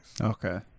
Okay